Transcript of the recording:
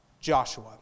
Joshua